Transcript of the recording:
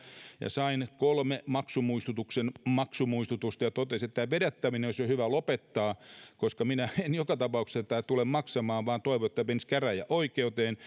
ja sain kolme maksumuistutuksen maksumuistutusta ja totesin että tämä vedättäminen olisi jo hyvä lopettaa koska minä en joka tapauksessa tätä tule maksamaan vaan toivon että tämä menisi käräjäoikeuteen